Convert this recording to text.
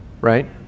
right